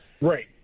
Right